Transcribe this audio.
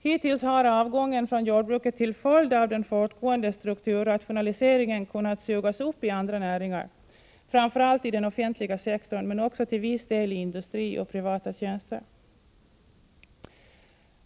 Hittills har avgången från jordbruket till följd av den fortgående strukturrationaliseringen kunnat sugas upp i andra näringar, framför allt i den offentliga sektorn men också till viss del i industri och privata tjänster.